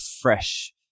fresh